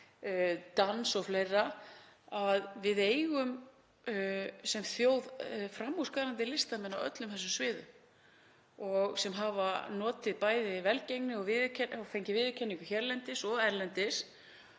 dans o.fl., að við eigum sem þjóð framúrskarandi listamenn á öllum þessum sviðum sem hafa bæði notið velgengni og fengið viðurkenningu hérlendis og erlendis.